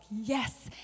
yes